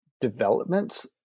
developments